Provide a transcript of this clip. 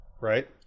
right